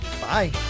bye